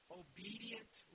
obedient